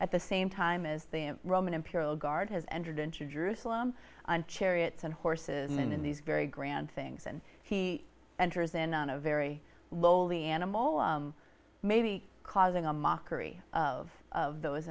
at the same time as the roman imperial guard has entered into jerusalem and chariots and horses and then in these very grand things and he enters in on a very lowly animal maybe causing a mockery of of those